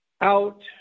out